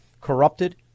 corrupted